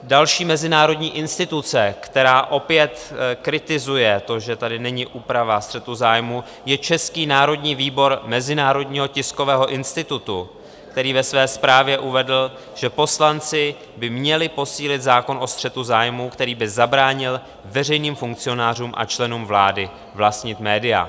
Další mezinárodní instituce, která opět kritizuje to, že tady není úprava střetu zájmů, je Český národní výbor Mezinárodního tiskového institutu, který ve své zprávě uvedl, že poslanci by měli posílit zákon o střetu zájmů, který by zabránil veřejným funkcionářům a členům vlády vlastnit média.